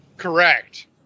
Correct